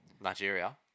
Nigeria